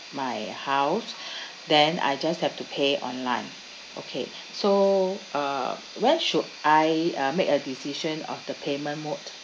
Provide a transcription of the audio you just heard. my house then I just have to pay online okay so uh when should I uh make a decision of the payment mode